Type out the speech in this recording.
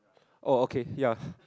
oh okay ya